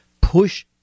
push